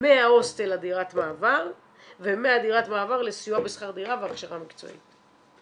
מההוסטל לדירת מעבר ומהדירת מעבר לסיוע בשכר דירה והכשרה מקצועית.